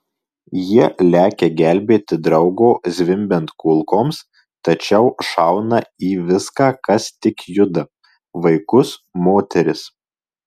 jie lekia gelbėti draugo zvimbiant kulkoms tačiau šauna į viską kas tik juda vaikus moteris